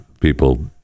people